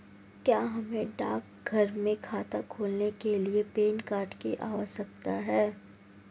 क्या हमें डाकघर में खाता खोलने के लिए पैन कार्ड की आवश्यकता है?